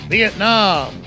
Vietnam